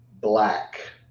black